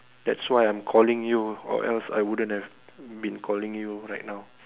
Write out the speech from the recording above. that's why I'm calling you or else I wouldn't have been calling you right now